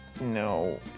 No